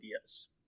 ideas